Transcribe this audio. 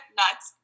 nuts